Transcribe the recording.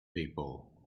people